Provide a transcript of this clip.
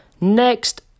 Next